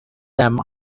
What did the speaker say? them